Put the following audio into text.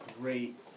great